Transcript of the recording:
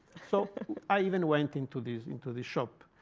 so i even went into this into the shop.